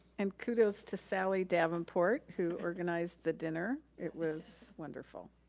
and kudos to sally davenport who organized the dinner. it was wonderful.